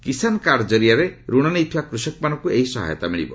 Kisan card କରିଆରେ ଋଣ ନେଇଥିବା କୃଷକମାନଙ୍କୁ ଏହି ସହାୟତା ମିଳିବ